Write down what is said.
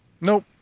Nope